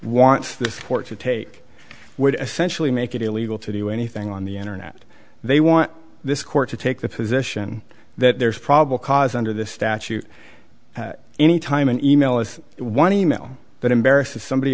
wants this court to take would essentially make it illegal to do anything on the internet they want this court to take the position that there's probable cause under this statute any time an e mail is one e mail that embarrasses somebody